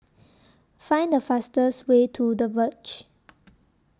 Find The fastest Way to The Verge